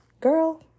Girl